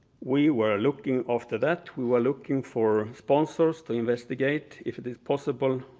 we were looking after that we were looking for sponsors to investigate if it is possible,